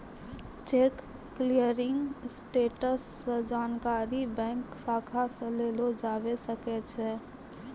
cheque clearing status के जानकारी bank शाखा से लेलो जाबै सकै छै